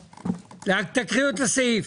להקריא את הסעיף.